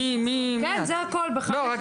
אני ממטה